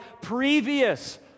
previous